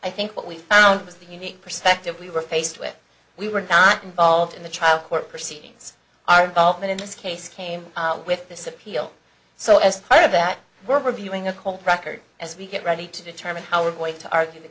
i think what we found was the unique perspective we were faced with we were not involved in the trial court proceedings are involved in this case came out with this appeal so as part of that we're reviewing a whole record as we get ready to determine how we're going to argue the